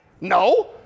No